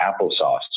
applesauce